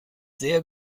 sehr